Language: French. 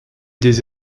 des